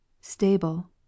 stable